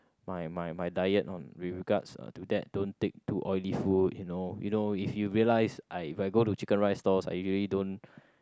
my my my diet on with regards uh to that don't take too oily food you know you know if you realise I if I go to chicken rice stalls I really don't